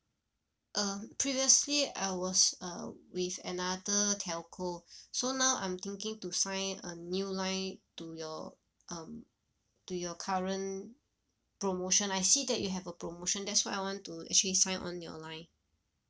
um previously I was uh with another telco so now I'm thinking to sign a new line to your um to your current promotion I see that you have a promotion that's why I want to actually sign on your line